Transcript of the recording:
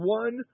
one